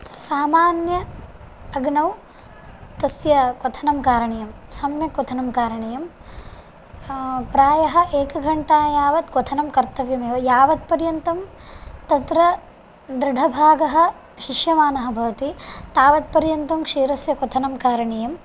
सामान्य अग्नौ तस्य क्वथनं कारणीयम् सम्यक् क्वथनं कारणीयम् प्रायः एकघण्टा यावत् क्वथनं कर्तव्यमेव यावत्पर्यन्तं तत्र दृढभागः शिष्यमाणः भवति तावत्पर्यन्तं क्षीरस्य क्वथनं कारणीयम्